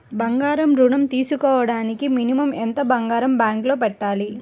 బంగారం ఋణం తీసుకోవడానికి మినిమం ఎంత బంగారం బ్యాంకులో పెట్టాలి?